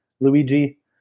Luigi